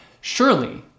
Surely